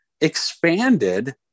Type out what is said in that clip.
expanded